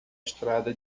estrada